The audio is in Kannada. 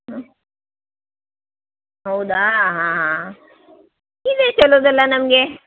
ಹ್ಞೂ ಹೌದಾ ಹಾಂ ಹಾಂ ನೀವೇ ತರೋದಲ್ಲ ನಮಗೆ